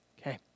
Okay